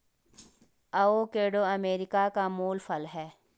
avocado America का मूल फल है